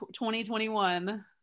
2021